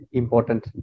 important